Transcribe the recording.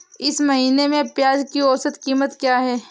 इस महीने में प्याज की औसत कीमत क्या है?